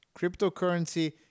cryptocurrency